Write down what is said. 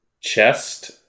chest